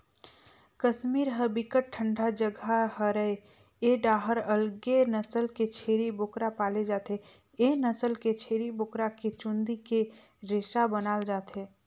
कस्मीर ह बिकट ठंडा जघा हरय ए डाहर अलगे नसल के छेरी बोकरा पाले जाथे, ए नसल के छेरी बोकरा के चूंदी के रेसा बनाल जाथे